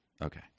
Okay